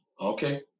Okay